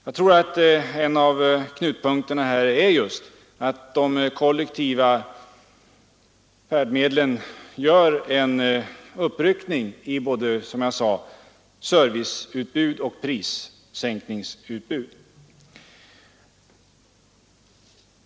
Jag tror att en av knutpunkterna här just är att den kollektiva trafiken måste göra en uppryckning beträffande både serviceutbud och förmånligare priser.